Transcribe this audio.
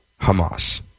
Hamas